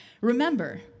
Remember